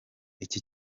iki